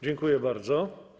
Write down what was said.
Dziękuję bardzo.